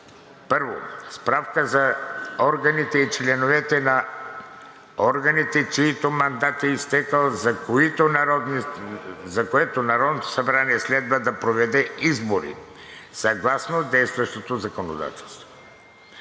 1. Справка за органите и членовете на органите, чийто мандат е изтекъл, за което Народното събрание следва да проведе избори съгласно действащото законодателство.